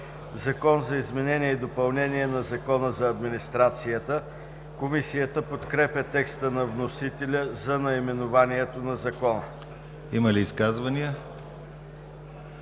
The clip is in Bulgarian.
Закон за изменение и допълнение на Закона за администрацията“. Комисията подкрепя текста на вносителя за наименованието на Закона. ПРЕДСЕДАТЕЛ